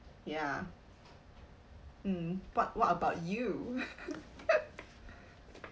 ya mm but what about you